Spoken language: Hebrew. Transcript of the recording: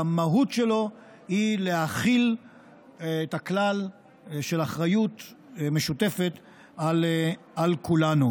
שהמהות שלו היא להחיל את הכלל של אחריות משותפת לכולנו.